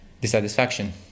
dissatisfaction